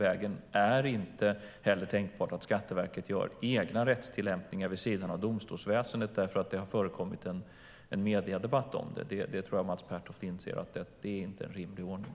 Det är inte heller tänkbart att Skatteverket gör egna rättstillämpningar vid sidan av domstolsväsendet bara därför att det har förekommit en mediedebatt om frågorna. Mats Pertoft inser nog att det inte är en rimlig ordning.